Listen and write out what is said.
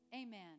Amen